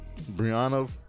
Brianna